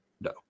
No